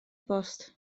bost